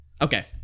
Okay